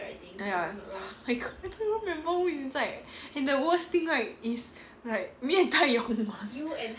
ya I can't even remember who is inside and the worst thing right is like me and tai yong was